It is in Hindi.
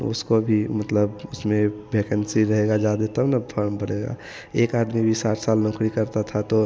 उसको भी मतलब उसमें वैकेन्सी रहेगा ज़्यादे तब ना फॉर्म पड़ेगा एक आदमी भी साठ साल नौकरी करता है तो